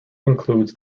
includes